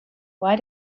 why